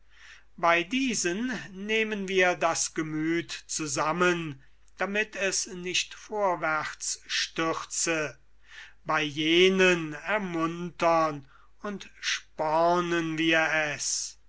bei diesen nehmen wir das gemüth zusammen damit es nicht vorwärts stürze bei jenen ermuntern und spornen wir es